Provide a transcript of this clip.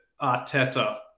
Arteta